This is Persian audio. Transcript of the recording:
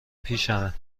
پیشمه